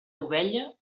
ovella